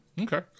Okay